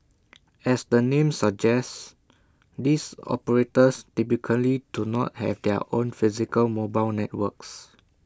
as the name suggests these operators typically do not have their own physical mobile networks